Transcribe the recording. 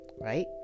right